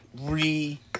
re